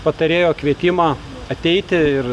patarėjo kvietimą ateiti ir